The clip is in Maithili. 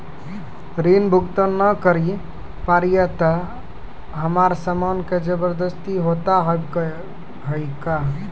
ऋण भुगतान ना करऽ पहिए तह हमर समान के जब्ती होता हाव हई का?